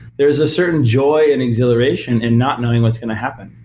there is a certain joy and exhilaration and not knowing what's going to happen.